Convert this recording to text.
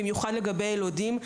במיוחד לגבי ילודים,